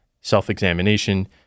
self-examination